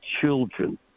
children